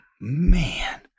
Man